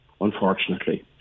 unfortunately